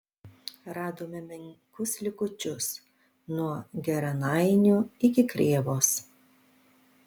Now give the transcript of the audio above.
radome menkus likučius nuo geranainių iki krėvos